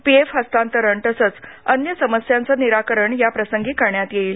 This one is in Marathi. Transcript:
पीएफ हस्तांतरण तसंच अन्य समस्यांचं निराकरण याप्रसंगी करण्यात येईल